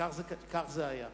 שכך זה היה.